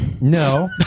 No